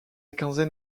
quinzaine